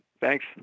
Thanks